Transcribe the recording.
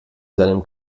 seinem